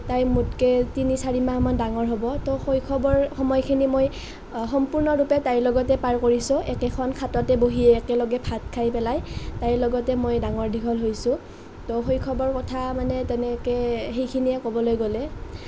তাই মোতকৈ তিনি চাৰি মাহমান ডাঙৰ হ'ব ত' শৈশৱৰ সময়খিনি মই সম্পূৰ্ণৰূপে তাইৰ লগতে পাৰ কৰিছোঁ একেখন খাততে বহি একেলগে ভাত খাই পেলাই তাইৰ লগতে মই ডাঙৰ দীঘল হৈছোঁ ত' শৈশৱৰ কথা মানে তেনেকৈ সেইখিনিয়েই ক'বলৈ গ'লে